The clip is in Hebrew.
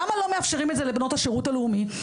למה לא מאפשרים את זה לבנות השרות הלאומי?